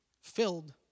Filled